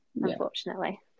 unfortunately